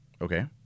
Okay